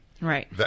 Right